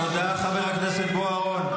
תודה, חבר הכנסת בוארון.